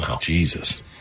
Jesus